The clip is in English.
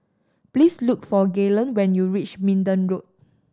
please look for Gaylon when you reach Minden Road